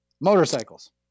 motorcycles